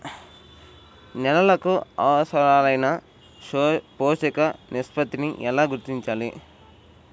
నేలలకు అవసరాలైన పోషక నిష్పత్తిని ఎలా గుర్తించాలి?